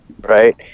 Right